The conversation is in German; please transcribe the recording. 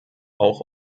auch